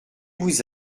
vous